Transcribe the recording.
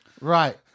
Right